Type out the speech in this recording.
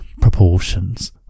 proportions